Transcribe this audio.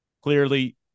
Clearly